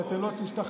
כי אתם לא תשתכנעו,